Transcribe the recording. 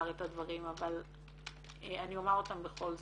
את הדברים אבל אני אומר אותם בכל זאת.